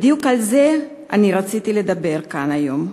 בדיוק על זה רציתי לדבר כאן היום.